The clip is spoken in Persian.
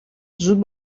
زود